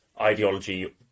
ideology